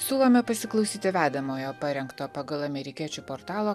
siūlome pasiklausyti vedamojo parengto pagal amerikiečių portalo